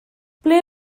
ble